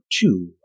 two